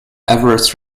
everest